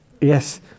Yes